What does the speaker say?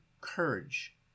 courage